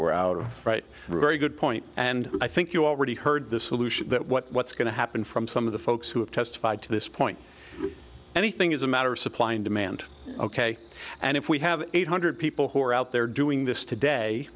we're out of right very good point and i think you already heard the solution that what's going to happen from some of the folks who have testified to this point anything is a matter of supply and demand ok and if we have eight hundred people who are out there doing this today